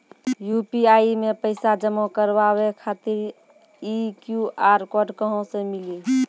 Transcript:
UPI मे पैसा जमा कारवावे खातिर ई क्यू.आर कोड कहां से मिली?